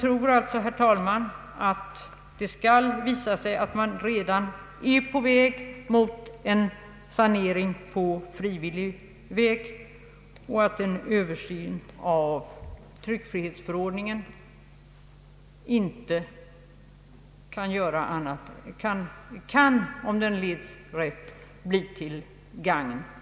Jag konstaterar alltså, herr talman, alt en sanering på frivillig väg redan pågår och att en översyn av tryckfrihetsförordningen, om den leds rätt, kan bli till gagn.